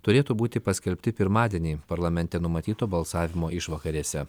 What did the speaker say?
turėtų būti paskelbti pirmadienį parlamente numatyto balsavimo išvakarėse